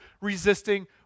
resisting